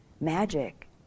magic